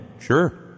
Sure